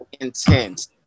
intense